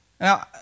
Now